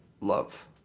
love